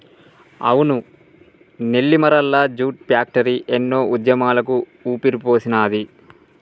అవును Nellimarla jute factory ఎన్నో ఉద్యమాలకు ఊపిరిపోసినాది